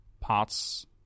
parts